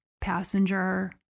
passenger